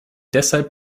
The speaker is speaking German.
deshalb